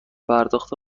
پرداخت